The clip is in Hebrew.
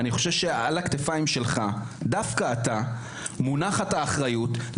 אז לא רק שלא התקדמנו בעשר השנים האחרונות,